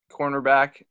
cornerback